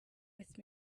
with